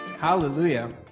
Hallelujah